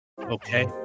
okay